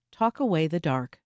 talkawaythedark